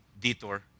detour